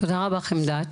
תודה רבה, חמדת,